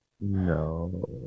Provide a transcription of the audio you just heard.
No